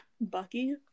Bucky